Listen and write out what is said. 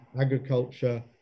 agriculture